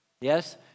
yes